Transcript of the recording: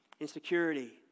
insecurity